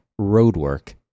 ROADWORK